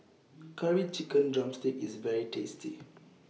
Curry Chicken Drumstick IS very tasty